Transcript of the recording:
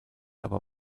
aber